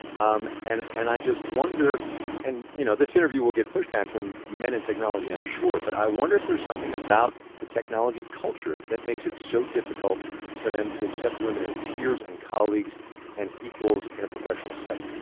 um and and i just wonder and you know this interview will get pushback from from men in technology, i'm sure but i wonder if there's something about the technology culture that makes it so difficult for them to accept women as peers and colleagues and equals in a professional setting?